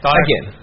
again